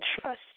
trust